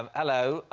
um hello.